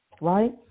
right